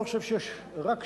אני לא חושב שיש רק שוללים.